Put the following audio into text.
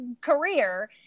career